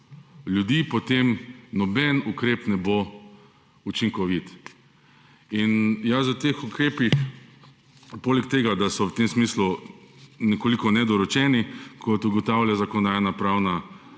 ljudi, potem noben ukrep ne bo učinkovit. Jaz o teh ukrepih poleg tega, da so v tem smislu nekoliko nedorečeni, kot ugotavlja Zakonodajno-pravna